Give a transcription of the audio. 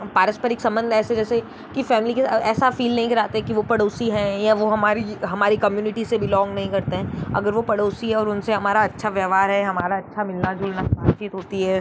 पारस्परिक संबंध ऐसे जैसे कि फैमली के ऐसा फील नही कराते कि वो पड़ोसी है या वो हमारी कम्युनिटी से बिलोंग नही करते अगर वो पड़ोसी है उनसे हमारा अच्छा व्यवहार है हमारा अच्छा मिलना जुलना बातचीत होती है